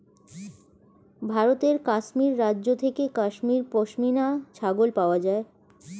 ভারতের কাশ্মীর রাজ্য থেকে কাশ্মীরি পশমিনা ছাগল পাওয়া যায়